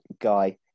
guy